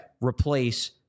replace